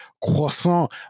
croissant